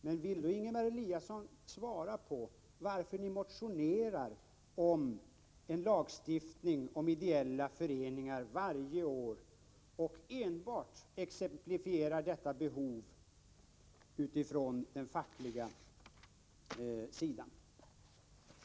Men vill då Ingemar Eliasson svara på varför ni motionerar om en lagstiftning om ideella föreningar varje år och enbart exemplifierar detta behov utifrån den fackliga sidan.